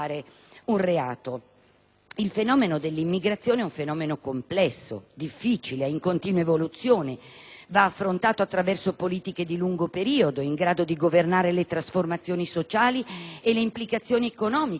Il fenomeno dell'immigrazione è complesso, difficile ed in continua evoluzione, va affrontato attraverso politiche di lungo periodo, in grado di governare le trasformazioni sociali e le implicazioni economiche che esso porta con sé.